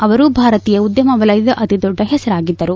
ಅವರು ಭಾರತೀಯ ಉದ್ಯಮ ವಲಯದ ಅತಿದೊಡ್ಡ ಹೆಸರಾಗಿದ್ದರು